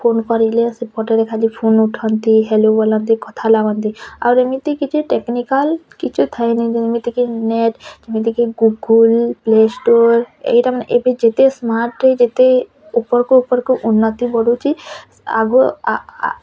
phone କରିଲେ ସେପଟରେ ଖାଲି ଫୋନ୍ ଉଠାନ୍ତି ହ୍ୟାଲୋ ବୋଲନ୍ତି କଥାଲାଗନ୍ତି ଆଉ ଏମିତି କିଛି ଟେକ୍ନିକାଲ୍ କିଛି ଥାଏ ନି ଯେମିତିକି ନେଟ୍ ଯେମିତିକି ଗୁଗୁଲ୍ ପ୍ଲେ ଷ୍ଟୋର୍ ଏଇଟା ମାନେ ଏବଂ ଯେତେ ସ୍ମାର୍ଟ ହେଇ ଯେତେ ଉପରକୁ ଉପରକୁ ଉନ୍ନତି ବଢ଼ୁଛି ଆଗକୁ ଆ ଆ